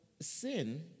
sin